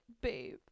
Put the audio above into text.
babe